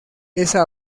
esa